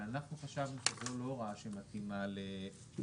אנחנו חשבנו שזאת לא הוראה שמתאימה לתוספת